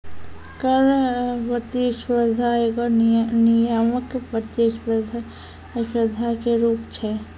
कर प्रतिस्पर्धा एगो नियामक प्रतिस्पर्धा के रूप छै